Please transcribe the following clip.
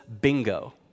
bingo